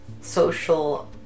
social